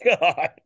God